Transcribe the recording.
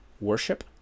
worship